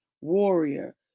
warrior